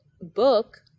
book